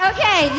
Okay